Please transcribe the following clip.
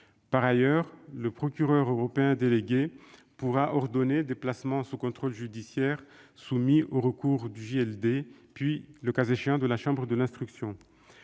Par ailleurs, le procureur européen délégué pourra ordonner des placements sous contrôle judiciaire, soumis au recours du JLD, puis, le cas échéant, à celui de la chambre de l'instruction.